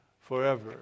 forever